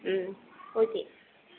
ம் ஓகே